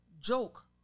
joke